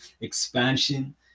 expansion